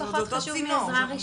זה אותו צינור.